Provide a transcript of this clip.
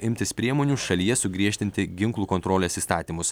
imtis priemonių šalyje sugriežtinti ginklų kontrolės įstatymus